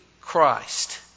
Christ